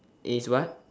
is what